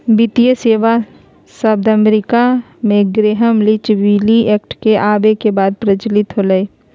वित्तीय सेवा शब्द अमेरिका मे ग्रैहम लीच बिली एक्ट के आवे के बाद प्रचलित होलय